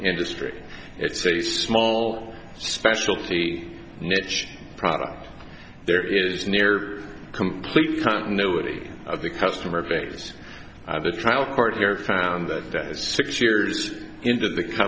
industry it's a small specialty niche product there is near complete continuity of the customer base the trial court here found that six years into the